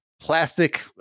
plastic